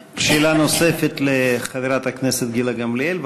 שאלה נוספת לחברת הכנסת גילה גמליאל.